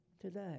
today